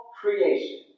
creation